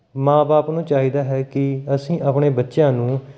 ਮਾਂ ਬਾਪ ਨੂੰ ਚਾਹੀਦਾ ਹੈ ਕਿ ਅਸੀਂ ਆਪਣੇ ਬੱਚਿਆਂ ਨੂੰ